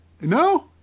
No